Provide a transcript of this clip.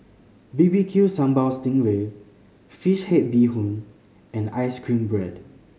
B B Q Sambal sting ray fish head bee hoon and ice cream bread